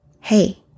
hey